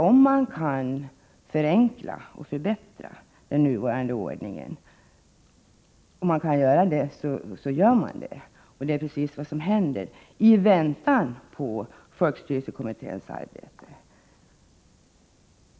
Om man kan förenkla och förbättra den nuvarande ordningen så gör man det, och det är precis det som sker i väntan på folkstyrelsekommitténs arbete.